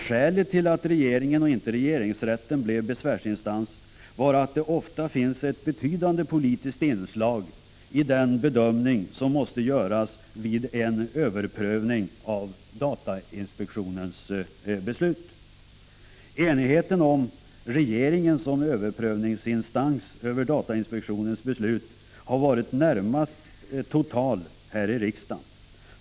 Skälet till att regeringen och inte regeringsrätten blev besvärsinstans var att det ofta finns ett betydande politiskt inslag i den bedömning som måste göras vid en överprövning av datainspektionens beslut. Enigheten om regeringen som överprövningsinstans över datainspektionens beslut har varit i det närmaste total här i riksdagen.